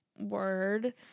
word